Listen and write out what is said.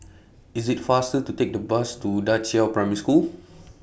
IT IS faster to Take The Bus to DA Qiao Primary School